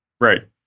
Right